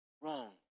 wrong